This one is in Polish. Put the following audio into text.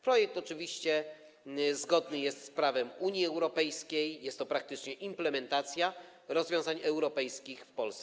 Projekt oczywiście jest zgodny z prawem Unii Europejskiej, jest to praktycznie implementacja rozwiązań europejskich w Polsce.